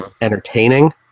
entertaining